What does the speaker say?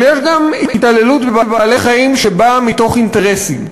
אבל יש גם התעללות בבעלי-חיים שבאה מאינטרסים,